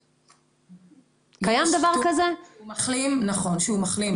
-- רגע, דקה, דקה.